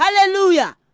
Hallelujah